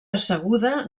asseguda